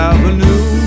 Avenue